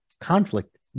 conflict